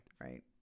right